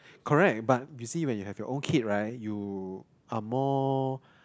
correct but you see when you have your own kid right you are more